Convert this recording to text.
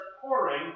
pouring